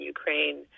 Ukraine